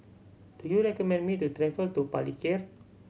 do you recommend me to travel to Palikir